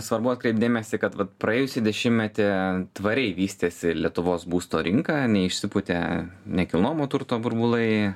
svarbu atkreipt dėmesį kad vat praėjusį dešimtmetį tvariai vystėsi lietuvos būsto rinka neišsipūtė nekilnojamo turto burbulai